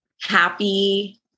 happy